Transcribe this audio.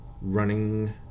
running